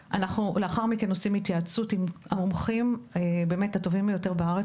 לאחר מכן אנחנו עושים התייעצות עם המומחים הטובים ביותר בארץ.